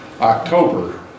October